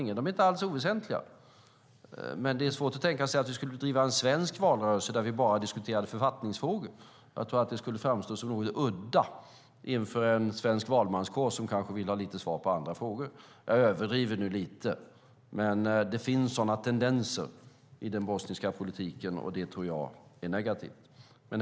Detaljerna är inte alls oväsentliga, men det är svårt att tänka sig att vi skulle driva en svensk valrörelse där vi bara diskuterade författningsfrågor. Det skulle framstå som något udda inför en svensk valmanskår, som kanske vill ha svar på andra frågor. Nu överdriver jag lite, men dessa tendenser finns i den bosniska politiken, och det tror jag är negativt.